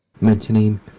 mentioning